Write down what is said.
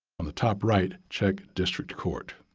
on the top right, check district court.